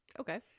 Okay